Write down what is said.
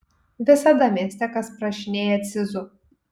visada mieste kas prašinėja cizų